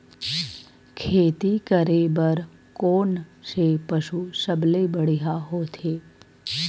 खेती करे बर कोन से पशु सबले बढ़िया होथे?